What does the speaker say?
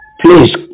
Please